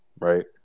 right